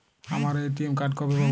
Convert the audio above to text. আমার ATM card কবে পাব?